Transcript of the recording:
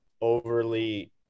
overly